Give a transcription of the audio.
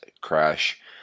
crash